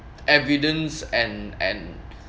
evidence and and